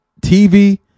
TV